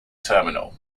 terminal